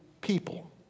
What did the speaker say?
people